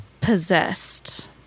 possessed